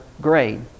grade